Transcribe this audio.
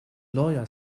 lawyer